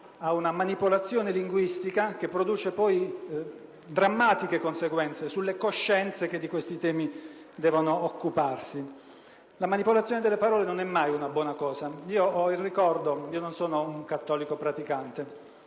a una manipolazione linguistica che produce drammatiche conseguenze sulle coscienze che di questi temi devono occuparsi. La manipolazione delle parole non è mai una buona cosa. Ricordo che - non sono un cattolico praticante,